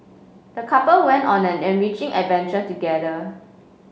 the couple went on an enriching adventure together